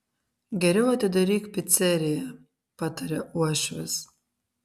geriau atidaryk piceriją pataria uošvis